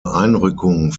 einrückung